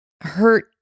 hurt